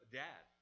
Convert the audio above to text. dad